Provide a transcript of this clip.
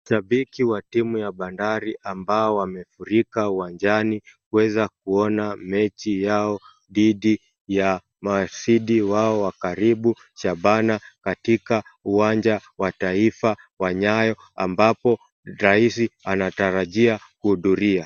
Shabiki wa timu ya Bandari ambao wamefurika uwanjani kuweza kuona mechi yao dhidi ya mahasidi wao wa karibu Shabana katika uwanja wa taifa wa Nyayo ambapo rais anatarajia kuhudhuria.